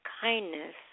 kindness